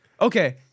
Okay